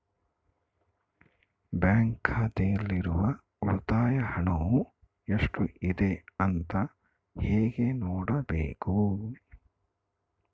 Bank ಖಾತೆಯಲ್ಲಿರುವ ಉಳಿತಾಯ ಹಣವು ಎಷ್ಟುಇದೆ ಅಂತ ಹೇಗೆ ನೋಡಬೇಕು?